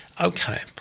Okay